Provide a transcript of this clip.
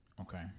Okay